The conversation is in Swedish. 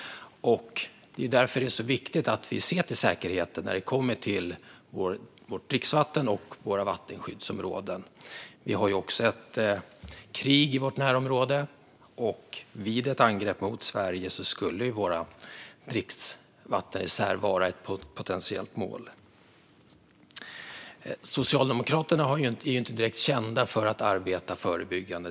Därför är det viktigt att vi ser till säkerheten när det gäller vårt dricksvatten och våra vattenskyddsområden. Vi har även ett krig i vårt närområde, och vid ett angrepp på Sverige skulle vår dricksvattenreserv vara ett potentiellt mål. Socialdemokraterna är inte direkt kända för att arbeta förebyggande.